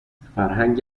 فرهنگ